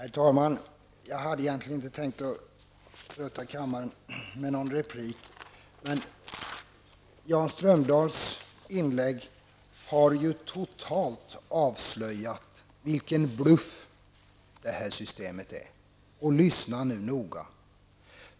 Herr talman! Jag hade egentligen inte tänkt att trötta kammaren med en replik. Men Jan Strömdahls inlägg har totalt avslöjat vilken bluff detta system är. Lyssna nu noga.